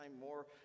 more